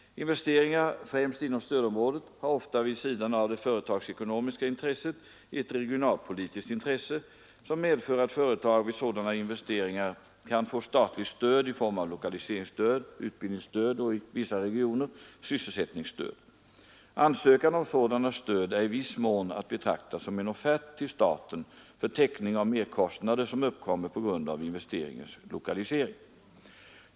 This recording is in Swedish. Investeringar, främst inom stödområdet, har ofta vid sidan av det företagsekonomiska intresset ett regionalpolitiskt intresse, som medför att företag vid sådana investeringar kan få statligt stöd i form av lokaliseringsstöd, utbildningsstöd och — i vissa regioner — sysselsättningsstöd. Ansökan om sådana stöd är i viss mån att betrakta som en offert till staten för täckning av merkostnader som uppkommer på grund av investeringens lokalisering.